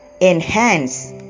enhance